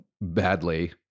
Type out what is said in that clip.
badly